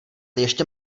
ještě